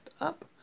up